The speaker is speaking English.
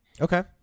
okay